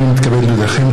הינני מתכבד להודיעכם,